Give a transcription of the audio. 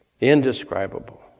indescribable